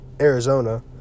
Arizona